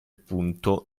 punto